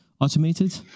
Automated